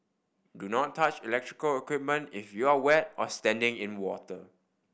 do not touch electrical equipment if you are wet or standing in water